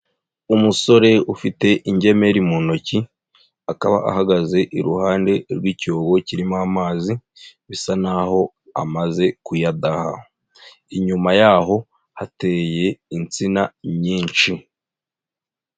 Umusore ufite ingemeri mu ntoki, akaba ahagaze iruhande rw'icyobo kirimo amazi, bisa naho amaze kuyadaha. Inyuma yaho hateye insina nyinshi.